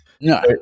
No